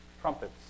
trumpets